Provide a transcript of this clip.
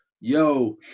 yo